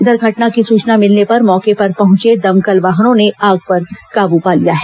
इधर घटना की सूचना मिलने पर मौके पर पहुंचे दमकल वाहनों ने आग पर काबू पा लिया है